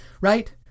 right